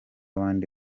abandi